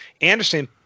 Anderson